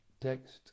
Text